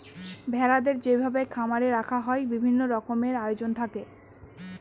ভেড়াদের যেভাবে খামারে রাখা হয় বিভিন্ন রকমের আয়োজন থাকে